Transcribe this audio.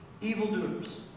evildoers